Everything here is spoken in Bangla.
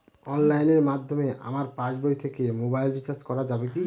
অনলাইনের মাধ্যমে আমার পাসবই থেকে মোবাইল রিচার্জ করা যাবে কি?